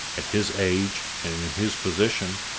at his age, and in his position,